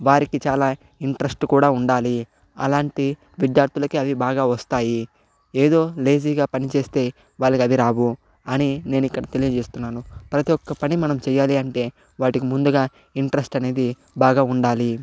వారికి చాలా ఇంట్రెస్ట్ కూడా ఉండాలి అలాంటి విద్యార్థులకి అవి బాగా వస్తాయి ఏదో లేజీ గా పని చేస్తే వాళ్లకు అవి రావు అని నేను ఇక్కడ తెలియజేస్తున్నాను ప్రతి ఒక్క పని మనం చేయాలి అంటే వాటికి ముందుగా ఇంట్రెస్ట్ అనేది బాగా ఉండాలి